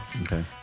Okay